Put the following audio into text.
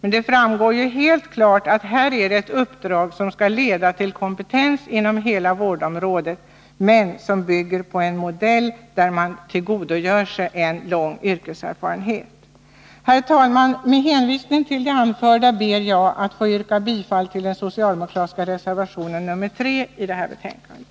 Men det framgår ju här helt klart att utbildningen skall leda till kompetens inom hela vårdområdet, men att den bygger på en modell där man skall kunna tillgodoräkna sig en lång yrkeserfarenhet. Herr talman! Med hänvisning till det anförda ber jag att få yrka bifall till den socialdemokratiska reservationen nr 3 i det här betänkandet.